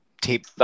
tape